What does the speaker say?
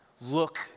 Look